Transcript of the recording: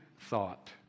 thought